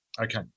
Okay